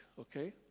okay